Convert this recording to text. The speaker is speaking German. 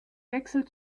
wechsel